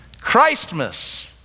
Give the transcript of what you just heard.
Christmas